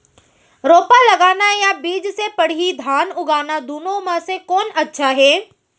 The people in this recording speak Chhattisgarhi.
रोपा लगाना या बीज से पड़ही धान उगाना दुनो म से कोन अच्छा हे?